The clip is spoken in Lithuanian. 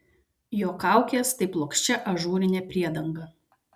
jo kaukės tai plokščia ažūrinė priedanga